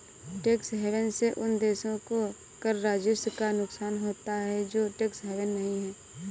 tax haven से उन देशों को कर राजस्व का नुकसान होता है जो टैक्स हेवन नहीं हैं